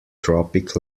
tropic